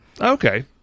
Okay